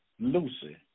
Lucy